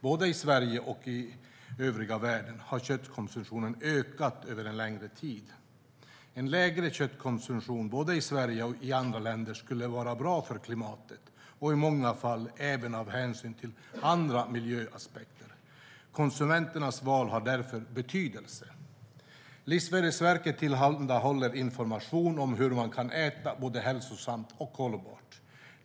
Både i Sverige och i övriga världen har köttkonsumtionen ökat under en längre tid. En lägre köttkonsumtion i både Sverige och andra länder skulle vara bra för klimatet och i många fall även av hänsyn till andra miljöaspekter. Konsumentens val har därför betydelse. Livsmedelsverket tillhandahåller information om hur man kan äta både hälsosamt och hållbart.